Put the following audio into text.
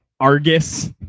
Argus